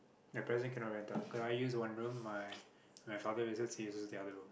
at present cannot rent out cause I use one room my my father uses he uses the other room